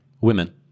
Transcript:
women